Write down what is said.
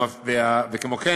כמו כן